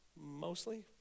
mostly